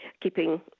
keeping